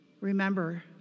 Remember